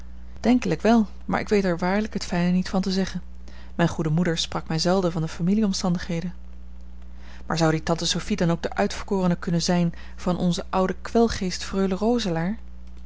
denkelijk wel maar ik weet er waarlijk het fijne niet van te zeggen mijne goede moeder sprak mij zelden van de familieomstandigheden maar zou die tante sophie dan ook de uitverkorene kunnen zijn van onze oude kwelgeest freule roselaer